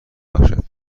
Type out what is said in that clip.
بخشد